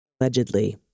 allegedly